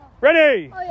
Ready